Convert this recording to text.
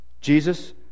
Jesus